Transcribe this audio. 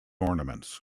ornaments